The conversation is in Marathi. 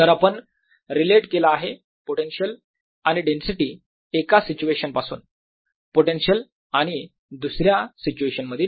तर आपण रिलेट केला आहे पोटेन्शियल आणि डेन्सिटी एका सिच्युएशन पासून पोटेन्शियल आणि डेन्सिटी दुसऱ्या सिच्युएशन मधील